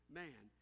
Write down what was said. man